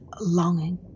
longing